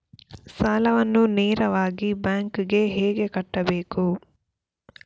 ಸಾಲವನ್ನು ನೇರವಾಗಿ ಬ್ಯಾಂಕ್ ಗೆ ಹೇಗೆ ಕಟ್ಟಬೇಕು?